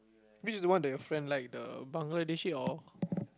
which is the one that your friend like the Bangladeshi or